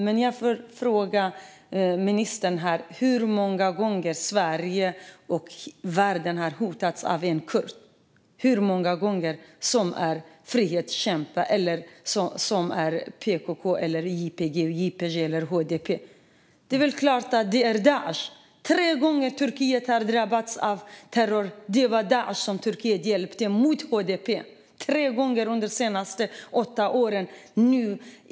Men jag vill fråga ministern: Hur många gånger har Sverige och världen hotats av en kurd, av frihetskämpar, av PKK, YPG/YPJ eller HDP? Det är väl klart att det är Daish! Tre gånger under de senaste åtta åren har Turkiet drabbats av terror. Det var Daish - som Turkiet hjälpte mot HDP!